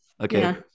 Okay